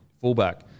fullback